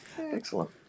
Excellent